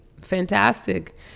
fantastic